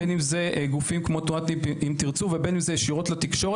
בין אם זה גופים כמו תנועת "אם תרצו" ובין אם זה ישירות לתקשורת.